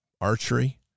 archery